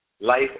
life